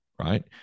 right